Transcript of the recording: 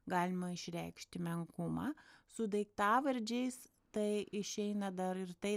galima išreikšti menkumą su daiktavardžiais tai išeina dar ir tai